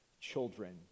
children